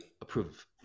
approve